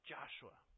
Joshua